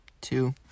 two